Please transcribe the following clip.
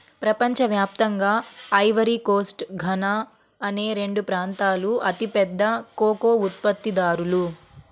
ప్రపంచ వ్యాప్తంగా Ivory Coast, Ghana అనే రెండు ప్రాంతాలూ అతిపెద్ద కోకో ఉత్పత్తిదారులు